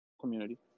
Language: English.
community